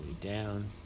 down